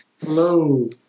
Hello